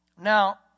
Now